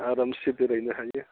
आरामसे बेरायनो हायो